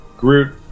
Groot